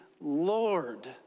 Lord